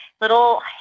little